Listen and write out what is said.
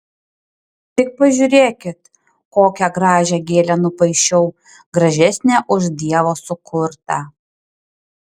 tik pažiūrėkit kokią gražią gėlę nupaišiau gražesnę už dievo sukurtą